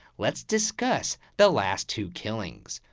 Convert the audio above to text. let's discuss the last two killings.